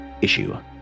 issue